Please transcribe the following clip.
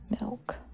milk